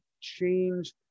change